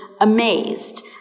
amazed